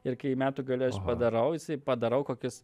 ir kai metų gale aš padarau jisai padarau kokius